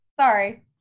Sorry